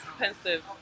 expensive